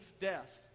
death